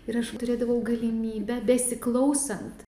ir aš turėdavau galimybę besiklausant